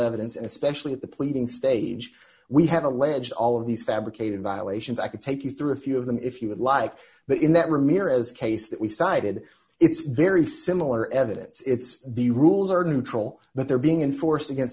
evidence especially at the pleading stage we have alleged all of these fabricated violations i could take you through a few of them if you would like but in that ramirez case that we cited it's very similar evidence it's the rules are neutral but they're being enforced against